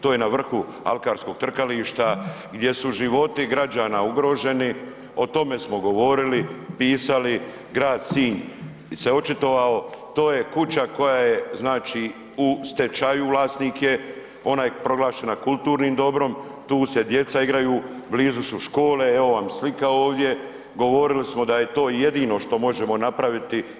To je na vrhu alkarskog trkališta gdje su životi građana ugroženi, o tome smo govorili, pisali, grad Sinj se očitovao, to je kuća koja je znači u stečaju, vlasnik je, ona je proglašena kulturnim dobrom, tu se djeca igraju, blizu su škole, evo sam slika ovdje, govorili smo da je to jedino što možemo napraviti.